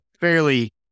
fairly